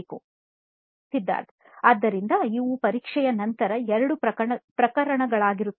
ಸಿದ್ಧಾರ್ಥ್ ಆದ್ದರಿಂದ ಇವು ಪರೀಕ್ಷೆಯ ನಂತರ 2 ಪ್ರಕರಣಗಳಾಗಿರುತ್ತವೆ